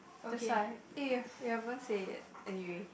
that's why eh you haven't say yet anyway